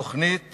תוכנית